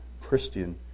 Christian